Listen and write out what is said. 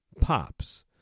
pops